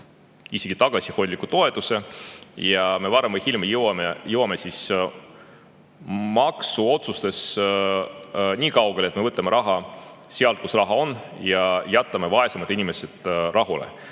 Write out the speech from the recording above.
või tagasihoidliku toetuse ja me varem või hiljem jõuame maksuotsuste puhul nii kaugele, et me võtame raha sealt, kus raha on, ja jätame vaesemad inimesed rahule.